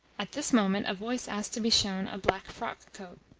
at this moment a voice asked to be shown a black frockcoat.